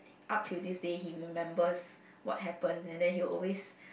up till this day he remembers what happen and then he will always